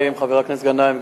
חבר הכנסת גנאים,